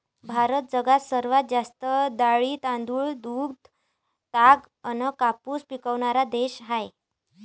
भारत जगात सर्वात जास्त डाळी, तांदूळ, दूध, ताग अन कापूस पिकवनारा देश हाय